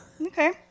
Okay